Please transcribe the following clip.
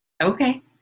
Okay